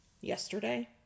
Yesterday